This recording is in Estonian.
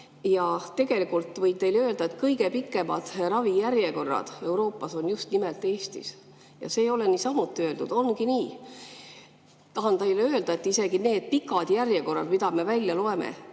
Tegelikult võin teile öelda, et kõige pikemad ravijärjekorrad Euroopas on just nimelt Eestis, ja see ei ole niisama öeldud, vaid ongi nii. Tahan teile aga öelda, et need pikad järjekorrad, millest me aina loeme,